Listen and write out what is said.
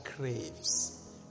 craves